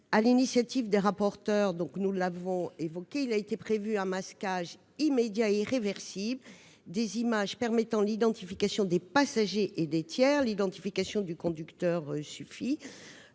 l'initiative des rapporteurs, nous l'avons évoqué, un masquage immédiat et irréversible des images permettant l'identification des passagers et des tiers parce que celle du conducteur suffit